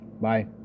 Bye